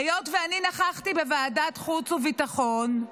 והיות שאני נכחתי בוועדת חוץ וביטחון,